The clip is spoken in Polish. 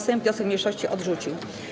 Sejm wniosek mniejszości odrzucił.